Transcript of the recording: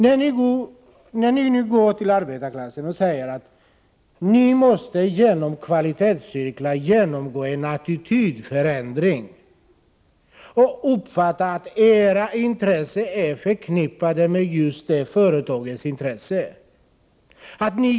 Ni säger till arbetarklassen: Ni måste inta en förändrad attityd och uppfatta det så att era intressen är förknippade med företagets intressen.